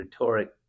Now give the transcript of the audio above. rhetoric